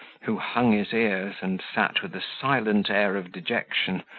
who hung his ears, and sat with a silent air of dejection,